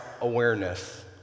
awareness